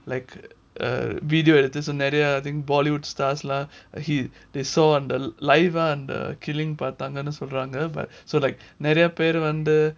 like uh video there's an area I think bollywood stars lah he they saw on the live and the killing பார்த்தாங்கனு சொல்றாங்க:parthanganu solranga but so like நிறைய பேரு வந்து:neraya peru vandhu